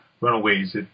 Runaways